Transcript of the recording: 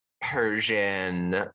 Persian